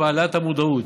בהעלאת המודעות.